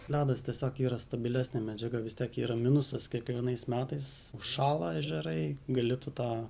ledas tiesiog yra stabilesnė medžiaga vis tiek yra minusas kiekvienais metais užšąla ežerai gali tu tą